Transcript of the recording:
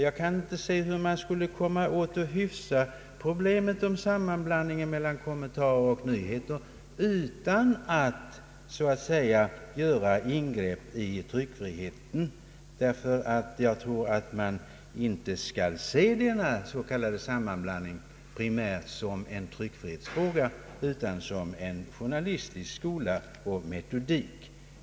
Jag kan inte se hur man skulle komma åt att hyfsa problemet beträffande sammanblandningen av kommentarer och nyheter utan att göra ingrepp i tryckfriheten. Jag tror nämligen inte att man primärt skall se denna s.k. sammanblandning som en tryckfrihetsfråga utan som nåogt av ett alster av en journalistisk skola och metodik.